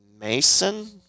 Mason